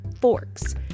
forks